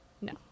No